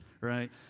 right